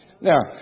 Now